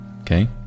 okay